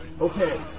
Okay